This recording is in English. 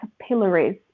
capillaries